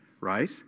Right